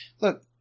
look